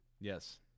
Yes